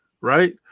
right